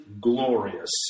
glorious